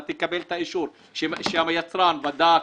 אתה תקבל את האישור שהיצרן בדק